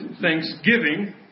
thanksgiving